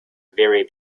very